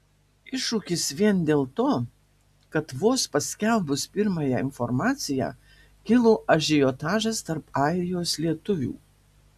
iššūkis vien dėl to kad vos paskelbus pirmąją informaciją kilo ažiotažas tarp airijos lietuvių